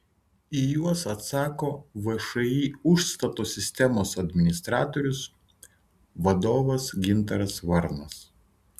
į juos atsako všį užstato sistemos administratorius vadovas gintaras varnas